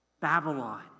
Babylon